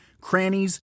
crannies